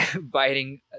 biting